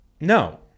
No